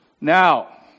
Now